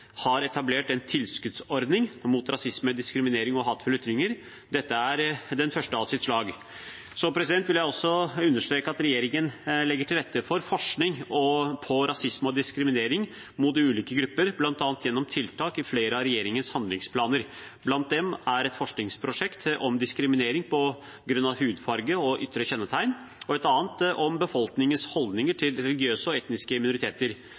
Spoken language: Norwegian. har etablert en tilskuddsordning mot rasisme, diskriminering og hatefulle ytringer. Dette er den første av sitt slag. Så vil jeg også understreke at regjeringen legger til rette for forskning på rasisme og diskriminering mot ulike grupper, bl.a. gjennom tiltak i flere av regjeringens handlingsplaner. Blant dem er et forskningsprosjekt om diskriminering på grunn av hudfarge og ytre kjennetegn og et annet om befolkningens holdninger til religiøse og etniske minoriteter.